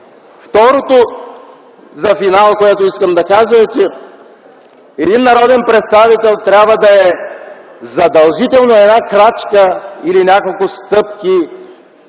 Второто за финал, което искам да кажа, е, че един народен представител трябва да е задължително една крачка или няколко стъпки